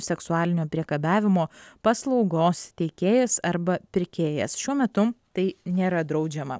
seksualinio priekabiavimo paslaugos teikėjas arba pirkėjas šiuo metu tai nėra draudžiama